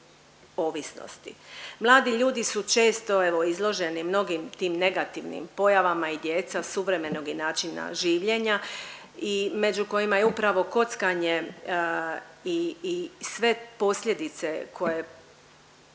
Mladi ljudi su često evo, izloženi mnogim tim negativnim pojavama i djeca suvremenog i načina življenja i među kojima je upravo kockanje i sve posljedice koje,